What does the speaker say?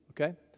okay